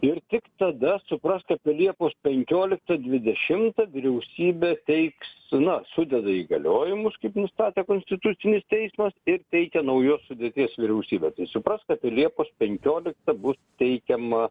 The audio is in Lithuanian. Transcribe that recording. ir tik tada suprask apie liepos penkioliktą dvidešimtą vyriausybė teiks na sudeda įgaliojimus kaip nustato konstitucinis teismas ir teikia naujos sudėties vyriausybę tai suprask apie liepos penkioliktą bus teikiama